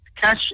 cash